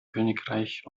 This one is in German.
königreich